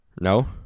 No